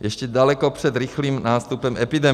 Ještě daleko před rychlým nástupem epidemie.